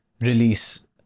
release